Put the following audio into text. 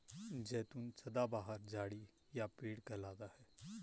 जैतून सदाबहार झाड़ी या पेड़ कहलाता है